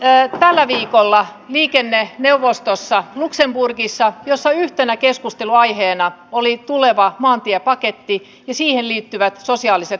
olin tällä viikolla luxemburgissa liikenneneuvostossa jossa yhtenä keskusteluaiheena oli tuleva maantiepaketti ja siihen liittyvät sosiaaliset vaikutukset